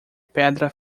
pedra